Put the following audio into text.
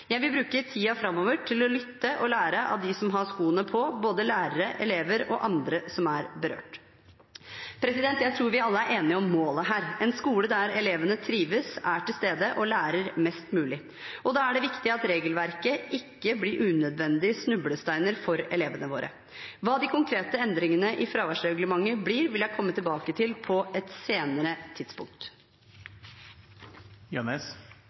Jeg vil bruke tiden framover til å lytte og lære av dem som har skoene på, både lærere, elever og andre som er berørt. Jeg tror vi alle er enige om målet her: en skole der elevene trives, er til stede og lærer mest mulig. Og da er det viktig at regelverket ikke blir unødvendige snublesteiner for elevene. Hva de konkrete endringene i fraværsreglementet blir, vil jeg komme tilbake til på et senere tidspunkt.